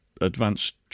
advanced